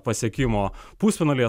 pasiekimo pusfinalyje